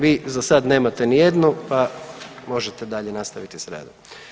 Vi za sad nemate nijednu pa možete dalje nastaviti s radom.